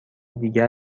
دیگر